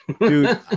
Dude